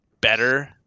better